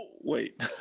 wait